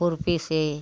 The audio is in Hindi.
खुरपी से